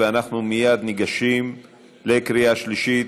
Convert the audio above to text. אנחנו מייד ניגשים לקריאה שלישית.